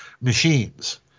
machines